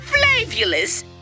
Flavulous